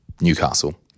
Newcastle